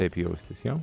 taip jaustis jo